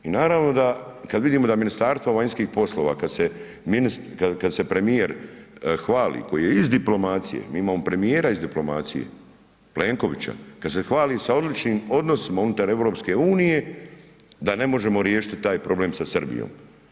I naravno da, kad vidimo da Ministarstvo vanjskih poslova, kad se ministar, kad se premijer hvali koji je iz diplomacije, mi imamo premijera iz diplomacije, Plenkovića, kad se hvali sa odličnim odnosima unutar EU, da ne možemo riješiti taj problem sa Srbijom.